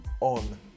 on